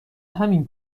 همین